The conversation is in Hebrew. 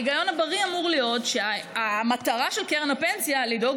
ההיגיון הבריא אמור להיות שהמטרה של קרן הפנסיה היא לדאוג